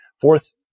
Fourth